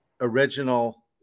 original